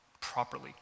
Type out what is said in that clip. properly